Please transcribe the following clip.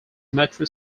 metro